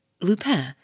Lupin